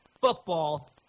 football